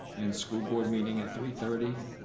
and school board meeting at three thirty,